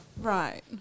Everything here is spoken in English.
Right